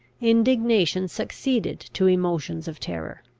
indignation succeeded to emotions of terror.